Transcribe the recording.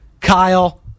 Kyle